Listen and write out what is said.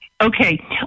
Okay